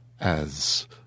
as